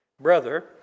brother